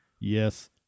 Yes